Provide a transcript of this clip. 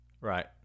Right